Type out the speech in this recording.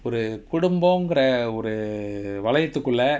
ஒரு ககுடும்பொங்குற ஒரு வலயதுக்குள்ள:oru kudumbangura oru valayathukulla